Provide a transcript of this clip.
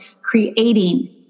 creating